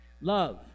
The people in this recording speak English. Love